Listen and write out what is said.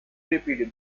repeated